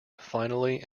finally